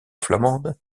flamande